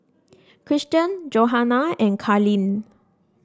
Christian Johana and Carleen